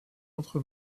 entre